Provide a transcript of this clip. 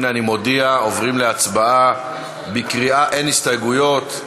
הנה, אני מודיע, עוברים להצבעה, אין הסתייגויות,